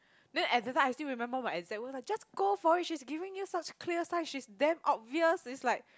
then at that time I still remember my exact words just go for it she's giving you such clear sign she's damn obvious it's like